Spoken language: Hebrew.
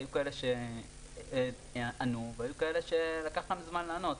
היו כאלה שענו והיו כאלה שלקח להם זמן לענות.